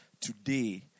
Today